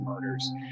murders